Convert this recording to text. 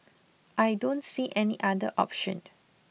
I don't see any other option